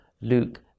Luke